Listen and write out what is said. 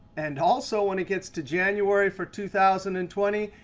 and also when it gets to january for two thousand and twenty,